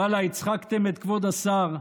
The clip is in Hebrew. ואללה, הצחקתם את כבוד השר.